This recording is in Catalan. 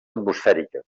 atmosfèriques